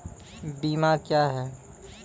बीमा क्या हैं?